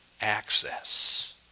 access